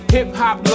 Hip-hop